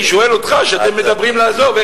אני שואל אותך, אתם מדברים על לעזוב.